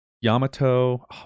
Yamato